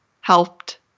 helped